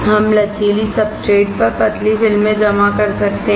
हम लचीली सब्सट्रेट पर पतली फिल्में जमा कर सकते हैं